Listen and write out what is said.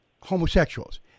homosexuals